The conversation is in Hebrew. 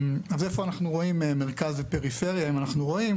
איפה אנחנו רואים מרכז פריפרי, אם אנחנו רואים?